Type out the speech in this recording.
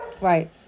right